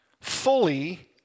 fully